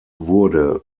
wurde